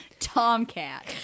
Tomcat